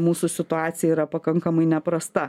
mūsų situacija yra pakankamai neprasta